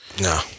No